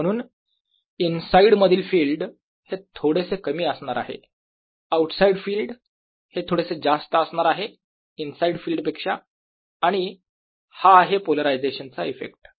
आणि म्हणून इनसाईड मधील फिल्ड हे थोडेसे कमी असणार आहे आऊटसाईड फिल्ड हे थोडेसे जास्त असणार आहे इनसाईड फील्ड पेक्षा आणि हा आहे पोलरायझेशन चा इफेक्ट